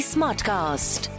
Smartcast